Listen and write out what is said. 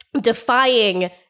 defying